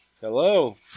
Hello